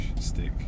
stick